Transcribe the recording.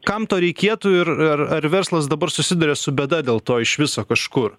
kam to reikėtų ir ar ar verslas dabar susiduria su bėda dėl to iš viso kažkur